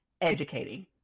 educating